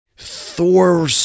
Thor